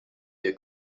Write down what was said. via